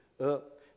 up